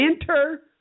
Enter